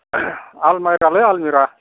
आलमारि ना आलमिरा